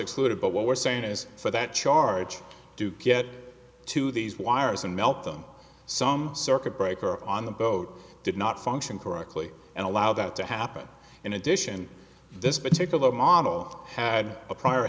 excluded but what we're saying is for that charge to get to these wires and melt them some circuit breaker on the boat did not function correctly and allow that to happen in addition this particular model had a prior